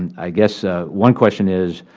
and i guess ah one question is,